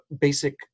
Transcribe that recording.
basic